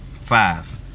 five